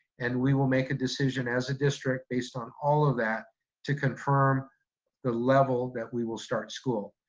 and we will make a decision as a district based on all of that to confirm the level that we will start school.